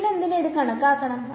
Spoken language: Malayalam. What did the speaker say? പിന്നെന്തിനു അത് കണക്കാക്കണം